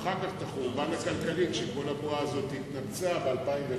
ואחר כך את החורבן הכלכלי כשכל הבועה הזאת התנפצה ב-2001,